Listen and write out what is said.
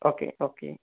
okay okay